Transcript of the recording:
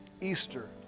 easter